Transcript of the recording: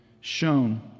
shown